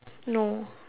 no